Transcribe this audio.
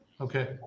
Okay